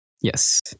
Yes